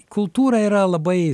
kultūra yra labai